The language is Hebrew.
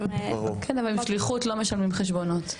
כן, אבל עם שליחות לא משלמים חשבונות.